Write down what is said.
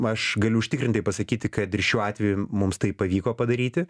aš galiu užtikrintai pasakyti kad ir šiuo atveju mums tai pavyko padaryti